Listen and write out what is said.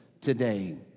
today